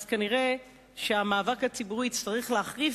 כנראה המאבק הציבורי יצטרך להחריף,